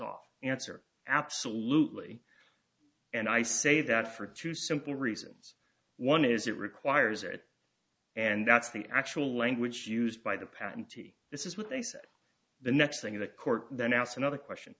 off answer absolutely and i say that for two simple reasons one is it requires it and that's the actual language used by the patentee this is what they said the next thing in the court then asked another question